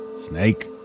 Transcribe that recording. snake